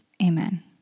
Amen